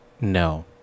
No